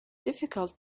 difficult